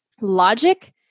logic